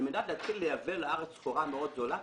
על מנת להתחיל לייבא לארץ סחורה מאוד זולה,